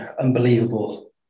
unbelievable